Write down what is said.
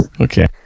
okay